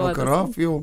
vakarop jau